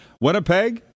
Winnipeg